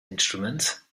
instrument